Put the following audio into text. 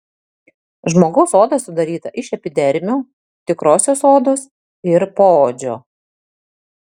žmogaus oda sudaryta iš epidermio tikrosios odos ir poodžio